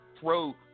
throw